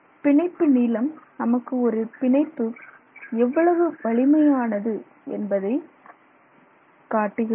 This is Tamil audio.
பிணைப்பு நீளம் நமக்கு ஒரு பிணைப்பு எவ்வளவு வலிமையானது என்பதை காட்டுகிறது